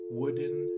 wooden